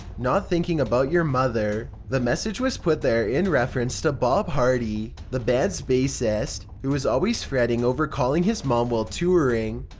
not thinking about your mother. the message was put there in reference to bob hardy, the band's bassist, who was always fretting over calling his mom while touring.